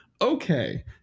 Okay